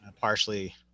Partially